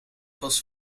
was